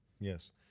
yes